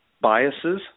biases